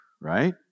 right